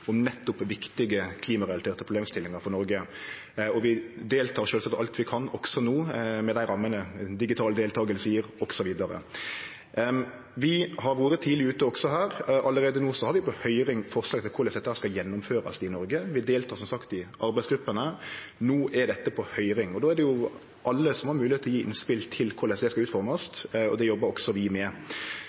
nettopp viktige klimarelaterte problemstillingar for Noreg. Vi deltek sjølvsagt alt vi kan også no med dei rammene digital deltaking gjev, osb. Vi har vore tidleg ute også her. Allereie no har vi på høyring forslag til korleis dette skal gjennomførast i Noreg. Vi deltek som sagt i arbeidsgruppene. No er dette på høyring. Då er det slik at alle har moglegheit til å gje innspel til korleis dette skal utformast, og det jobbar vi også med.